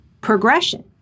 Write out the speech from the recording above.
progression